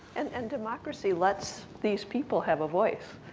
and and democracy let's these people have a voice.